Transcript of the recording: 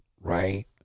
right